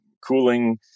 cooling